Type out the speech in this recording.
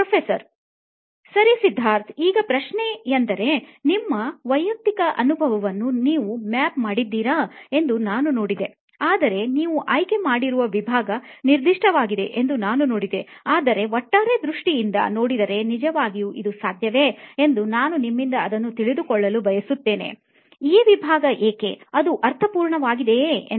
professor ಸರಿ ಸಿದ್ಧಾರ್ಥ್ ಈಗ ಪ್ರಶ್ನೆಯೆಂದರೆ ನಿಮ್ಮ ವೈಯಕ್ತಿಕ ಅನುಭವವನ್ನು ನೀವು ಮ್ಯಾಪ್ ಮಾಡಿದ್ದೀಯಾ ಎಂದು ನಾನು ನೋಡಿದೆ ಆದರೆ ನೀವು ಆಯ್ಕೆಮಾಡಿರುವ ವಿಭಾಗ ನಿರ್ದಿಷ್ಟವಾಗಿದೆ ಎಂದು ನಾನು ನೋಡಿದೆ ಆದರೆ ಒಟ್ಟಾರೆ ದೃಷ್ಟಿಯಿಂದ ನೋಡಿದರೆ ನಿಜವಾಗಿಯೂ ಇದು ಸಾಧ್ಯವೇ ಎಂದು ನಾನು ನಿಮ್ಮಿಂದ ಅದನ್ನು ತಿಳಿದುಕೊಳ್ಳಲು ಬಯಸುತ್ತೇನೆ ಈ ವಿಭಾಗ ಏಕೆ ಅದು ಅರ್ಥಪೂರ್ಣವಾಗಿದೆ ಎಂದು